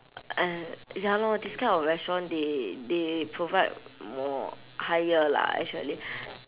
ah ya lor this kind of restaurant they they provide more higher lah actually